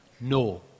No